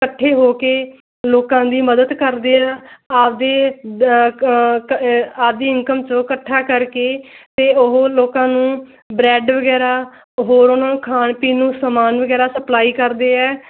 ਇਕੱਠੇ ਹੋ ਕੇ ਲੋਕਾਂ ਦੀ ਮਦਦ ਕਰਦੇ ਆ ਆਪਦੇ ਆਪਦੀ ਇਨਕਮ 'ਚੋਂ ਇਕੱਠਾ ਕਰਕੇ ਅਤੇ ਉਹ ਲੋਕਾਂ ਨੂੰ ਬਰੈਡ ਵਗੈਰਾ ਹੋਰ ਉਹਨਾਂ ਨੂੰ ਖਾਣ ਪੀਣ ਨੂੰ ਸਮਾਨ ਵਗੈਰਾ ਸਪਲਾਈ ਕਰਦੇ ਆ